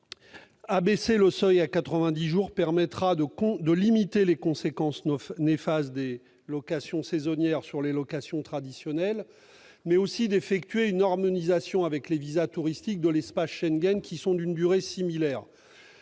Abaisser le seuil à 90 jours permettra de limiter les conséquences néfastes des locations saisonnières sur les locations traditionnelles, mais aussi d'effectuer une harmonisation avec les visas touristiques de l'espace Schengen, qui sont d'une durée similaire.